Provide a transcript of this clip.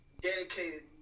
dedicated